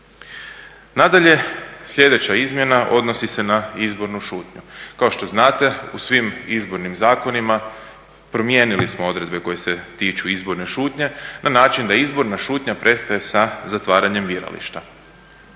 Nadalje, sljedeća izmjena odnosi se na izbornu šutnju. Kao što znate u svim izbornim zakonima promijenili smo odredbe koje se tiču izborne šutnje na način da izborna šutnja prestaje sa zatvaranjem birališta.